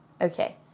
Okay